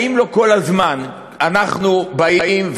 האם לא כל הזמן אנחנו באים,